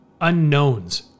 unknowns